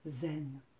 zen